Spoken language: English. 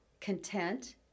Content